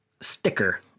sticker